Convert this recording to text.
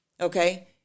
Okay